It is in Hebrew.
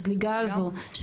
הזליגה הזאת,